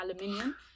aluminium